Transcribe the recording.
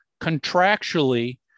contractually